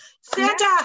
santa